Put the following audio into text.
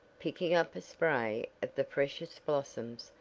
picking up a spray of the freshest blossoms,